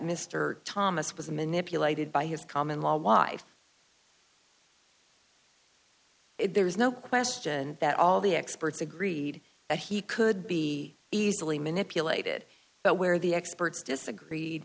mr thomas was manipulated by his common law wife there is no question that all the experts agreed that he could be easily manipulated but where the experts disagreed